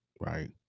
right